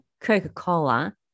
Coca-Cola